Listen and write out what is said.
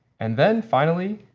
and then, finally,